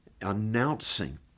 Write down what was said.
announcing